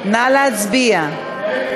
נא להצביע.